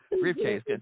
briefcase